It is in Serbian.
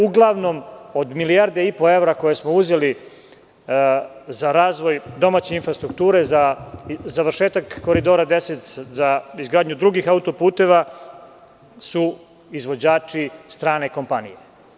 Uglavnom od milijardu i po evra koje smo uzeli za razvoj domaće infrastrukture za završetak Koridora 10, za izgradnju drugih auto-puteva su izvođače strane kompanije.